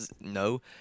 no